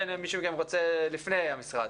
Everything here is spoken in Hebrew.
מישהו מכם רוצה להתייחס לפני המשרד.